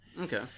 Okay